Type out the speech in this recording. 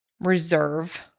reserve